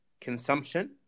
consumption